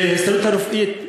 וההסתדרות הרפואית,